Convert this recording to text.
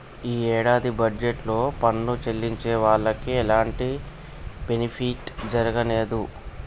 యీ యేడాది బడ్జెట్ లో పన్ను చెల్లించే వాళ్లకి ఎలాంటి బెనిఫిట్ జరగనేదు